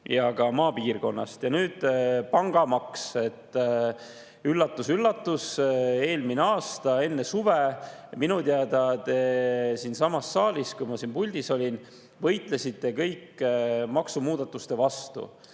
ja ka maapiirkonnast. Ja nüüd pangamaksust. Üllatus-üllatus, eelmine aasta enne suve te kõik siinsamas saalis, kui ma siin puldis olin, võitlesite maksumuudatuste vastu,